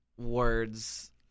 words